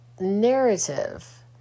narrative